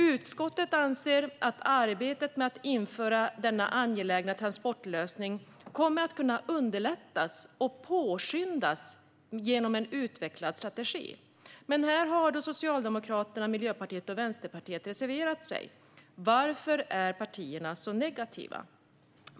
Utskottet anser att arbetet med att införa denna angelägna transportlösning kommer att kunna underlättas och påskyndas genom en utvecklad strategi. Här har Socialdemokraterna, Miljöpartiet och Vänsterpartiet reserverat sig. Varför är dessa partier så negativa?